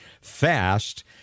fast